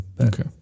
Okay